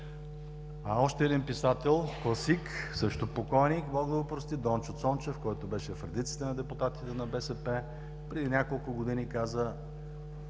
А още един писател класик, също покойник, Бог да го прости – Дончо Цончев, който беше в редиците на депутатите на БСП, преди няколко години освен